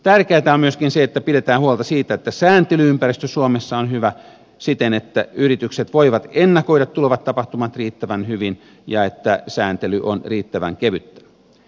tärkeätä on myöskin se että pidetään huolta siitä että sääntely ympäristö suomessa on hyvä siten että yritykset voivat ennakoida tulevat tapahtumat riittävän hyvin ja että sääntely on riittävän kevyttä